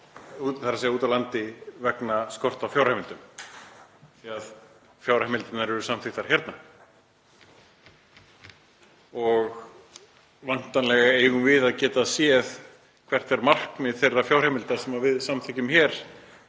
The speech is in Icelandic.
niður einhverjar stöður vegna skorts á fjárheimildum því að fjárheimildirnar eru samþykktar hérna. Væntanlega eigum við að geta séð hvert er markmið þeirra fjárheimilda sem við samþykkjum hér,